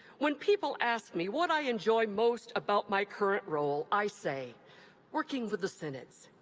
when people ask me what i enjoy most about my current role, i say working with the synods.